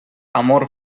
amor